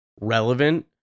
relevant